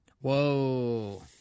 whoa